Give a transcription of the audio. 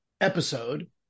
episode